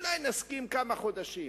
אולי נסכים, כמה חודשים.